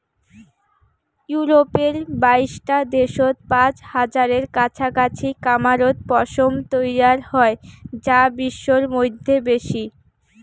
ইউরপের বাইশটা দ্যাশত পাঁচ হাজারের কাছাকাছি খামারত পশম তৈয়ার হই যা বিশ্বর মইধ্যে বেশি